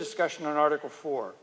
discussion on article fo